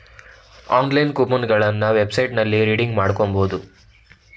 online coupon ಗಳನ್ನ ವೆಬ್ಸೈಟ್ನಲ್ಲಿ redeem ಮಾಡ್ಕೋಬಹುದು